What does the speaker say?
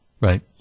Right